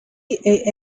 est